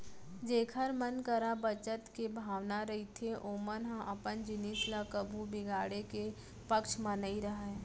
जेखर मन करा बचत के भावना रहिथे ओमन ह अपन जिनिस ल कभू बिगाड़े के पक्छ म नइ रहय